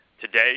today